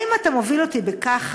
האם אתה מוביל אותי בכחש?